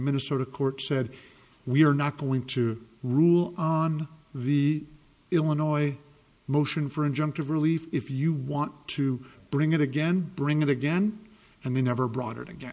minnesota court said we are not going to rule on the illinois motion for injunctive relief if you want to bring it again bring it again and they never broader to get